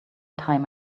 time